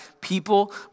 people